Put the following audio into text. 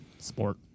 Sport